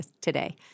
today